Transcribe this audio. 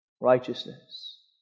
righteousness